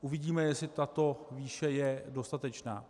Uvidíme, jestli tato výše je dostatečná.